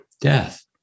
Death